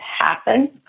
happen